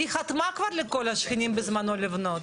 היא חתמה כבר לכל השכנים בזמנו לבנות,